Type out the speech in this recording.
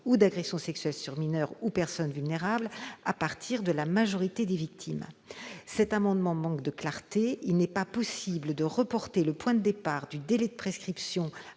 ou d'agressions sexuelles sur mineurs ou personnes vulnérables à partir de la majorité des victimes. Cet amendement manque de clarté. Il n'est pas possible de reporter le point de départ du délai de prescription